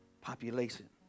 population